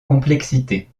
complexité